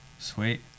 Sweet